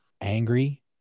angry